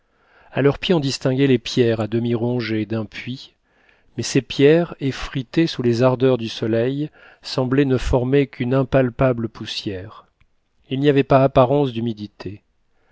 a leur pied on distinguait les pierres à demi rongées d'un puits mais ces pierres effritées sous les ardeurs du soleil semblaient ne former qu'une impalpable poussière il n'y avait pas apparence d'humidité